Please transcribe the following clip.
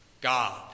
god